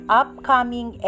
upcoming